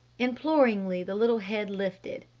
imploringly the little head lifted.